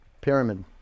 Pyramid